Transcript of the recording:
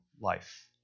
life